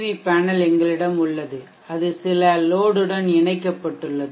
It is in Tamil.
வி பேனல் எங்களிடம் உள்ளது அது சில லோடுடன் இணைக்கப்பட்டுள்ளது